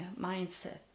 mindset